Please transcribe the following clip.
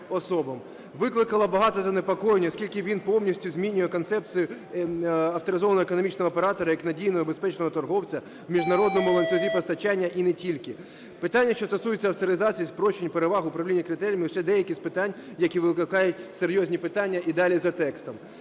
викликало багато занепокоєнь, оскільки воно повністю змінює концепцію авторизованого економічного оператора як надійного, безпечного торговця в міжнародному ланцюзі постачання і не тільки. Питання, що стосуються авторизації, спрощень, переваг, управління критеріями лише деякі з питань, які викликають серйозні питання." і далі за текстом.